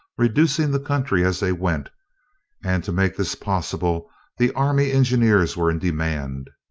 reducing the country as they went and to make this possible the army engineers were in demand.